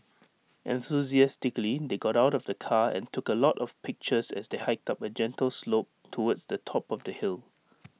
enthusiastically they got out of the car and took A lot of pictures as they hiked up A gentle slope towards the top of the hill